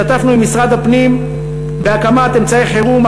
השתתפנו עם משרד הפנים בהקמת אמצעי חירום,